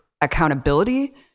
accountability